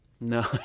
No